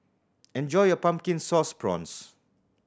enjoy your Pumpkin Sauce Prawns